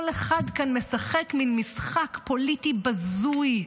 כל אחד כאן משחק מין משחק פוליטי בזוי.